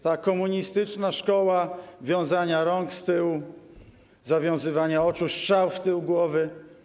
Ta komunistyczna szkoła wiązania rąk z tyłu, zawiązywania oczu, strzał w tył głowy.